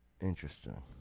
interesting